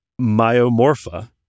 myomorpha